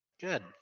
Good